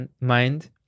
mind